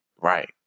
Right